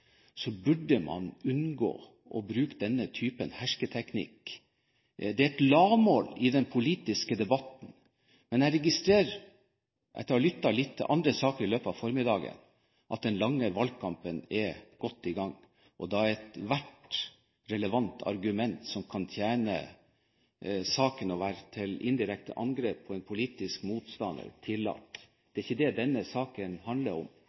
den politiske debatten. Jeg registrerer – etter å ha lyttet litt til andre saker i løpet av formiddagen – at den lange valgkampen er godt i gang. Ethvert relevant argument som kan tjene saken og være et indirekte angrep på en politisk motstander, er da tillatt. Det er ikke det denne saken handler om.